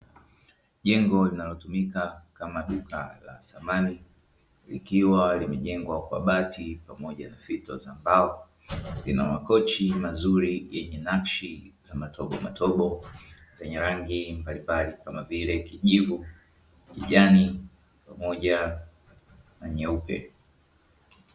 Jengo linalotumika kama duka la samani, likiwa limejengwa kwa bati pamoja na fito za mbao lina makochi mazuri yenye nakishi za matobo matobo, zenye rangi mbalimbali kama vile: kijivu, kijani pamoja na nyeupe.